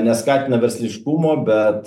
neskatina versliškumo bet